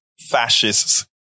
fascists